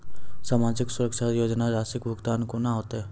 समाजिक सुरक्षा योजना राशिक भुगतान कूना हेतै?